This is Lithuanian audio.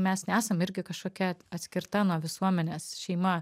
mes nesam irgi kažkokia atskirta nuo visuomenės šeima